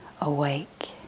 awake